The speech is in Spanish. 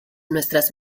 nuestras